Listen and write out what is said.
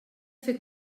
fer